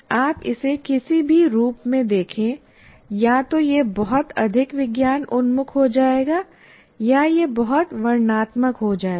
आप इसे किसी भी रूप में देखें या तो यह बहुत अधिक विज्ञान उन्मुख हो जाएगा या यह बहुत वर्णनात्मक हो जाएगा